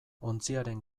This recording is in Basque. ontziaren